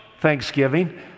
Thanksgiving